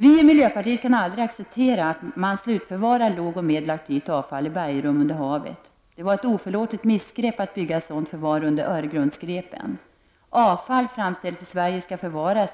Vi i miljöpartiet kan aldrig acceptera att man slutförvarar lågoch medelaktivt avfall i bergrum under havet. Det var ett oförlåtligt missgrepp att bygga ett sådant förvar under Öregrundsgrepen. Avfall framställt i Sverige skall förvaras